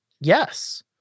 Yes